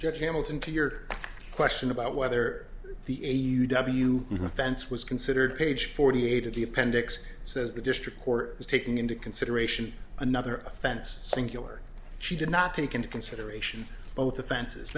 judge hamilton to your question about whether the a u w offense was considered page forty eight of the appendix says the district court is taking into consideration another offense singular she did not take into consideration both offenses